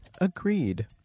Agreed